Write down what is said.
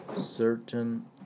Certain